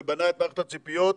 ובנה את מערכת הציפיות.